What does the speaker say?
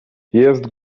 jest